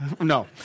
no